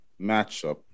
matchup